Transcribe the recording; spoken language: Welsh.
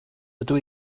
rydw